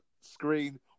screen